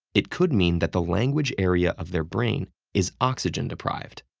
it could mean that the language area of their brain is oxygen-deprived.